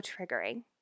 triggering